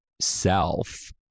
self